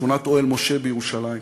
שכונת אוהל-משה בירושלים,